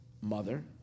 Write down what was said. mother